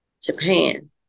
Japan